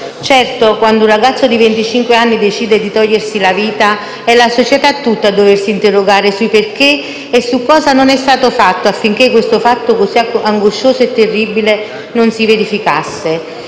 Certo, quando un ragazzo di venticinque anni decide di togliersi la vita, è la società tutta a doversi interrogare sul perché e su cosa non è stato fatto affinché questo episodio così angoscioso e terribile non si verificasse.